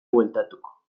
bueltatuko